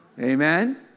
Amen